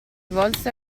volse